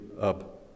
up